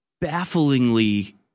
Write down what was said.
bafflingly